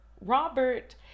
Robert